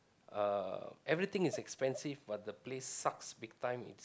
uh everything is expensive but the place sucks big time